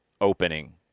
opening